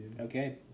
Okay